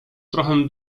trochę